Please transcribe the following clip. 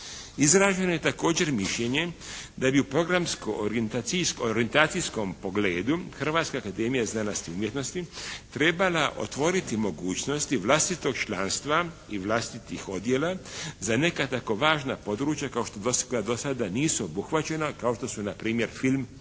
Izraženo je također mišljenje da bi u programsko orijentacijskom pogledu Hrvatska akademija znanosti i umjetnosti trebala otvoriti mogućnosti vlastitog članstva i vlastitih odjela za neka tako važna područja kao što do sada nisu obuhvaćena, kao što su na primjer film i